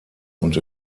und